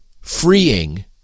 freeing